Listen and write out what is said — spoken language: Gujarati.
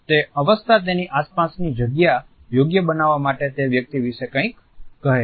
તે અવસ્થા તેની આસપાસની જગ્યા યોગ્ય બનાવવા માટે તે વ્યક્તિ વિશે કંઈક કહે છે